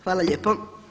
Hvala lijepo.